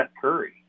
Curry